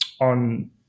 on